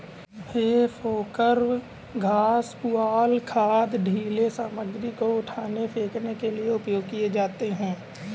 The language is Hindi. हे फोर्कव घास, पुआल, खाद, ढ़ीले सामग्री को उठाने, फेंकने के लिए उपयोग किए जाते हैं